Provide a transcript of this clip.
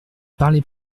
parlez